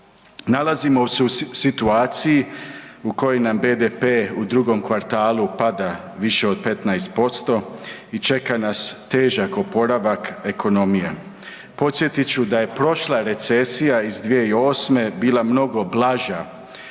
Nalazimo se u situaciji u kojoj na BDP u drugom kvartalu pada više od 15% i čeka nas težak oporavak ekonomije. Podsjetit ću da je prošla recesija iz 2008. bila mnogo blaža